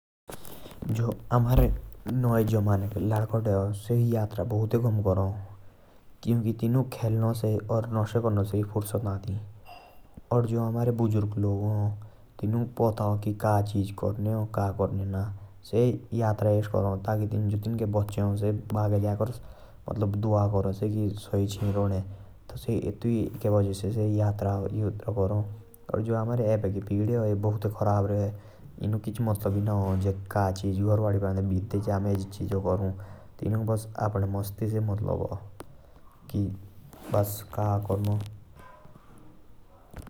जो हमारे नई ज़माने के लड़के थे। से यात्रा कम करा। क्योंकि तिनुक खेलना से और नशे से ही फुर्सत ना आती। और जो बुजुर्ग हैं तिनुक पता है का चीज़ करने आ का करना।